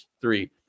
three